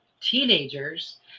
teenagers